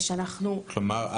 כלומר,